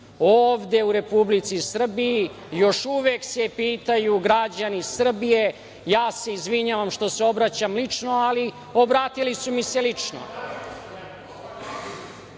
u Republici Srbiji još uvek se pitaju građani Srbije. Ja se izvinjavam što se obraćam lično, ali obratili su mi se lično.